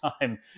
time